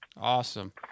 Awesome